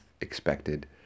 expected